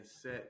set